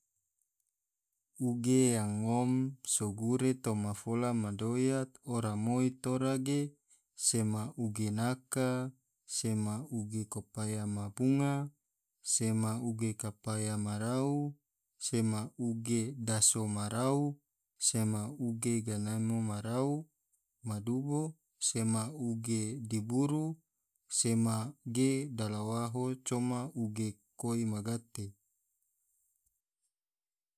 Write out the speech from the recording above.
Uge yang ngom sogure toma fola madoya ora moi tora ge sema uge naka, sema uge kapaya ma bunga, sema uge kapaya marau, sema uge daso marau, sema uge ganemo marau, madubo, sema uge diburu, sema ge dalawaho coma uge koi ma gate.